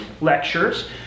lectures